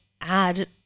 add